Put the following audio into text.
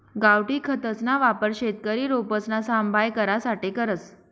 गावठी खतसना वापर शेतकरी रोपसना सांभाय करासाठे करस